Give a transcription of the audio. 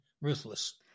ruthless